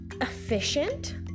efficient